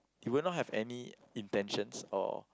he would not have any intentions or